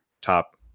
top